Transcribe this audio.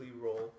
roll